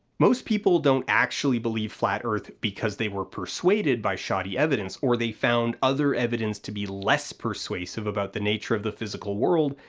most people don't actually believe flat earth because they were persuaded by shoddy evidence, or they found other evidence to be less persuasive about the nature of the physical world,